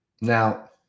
Now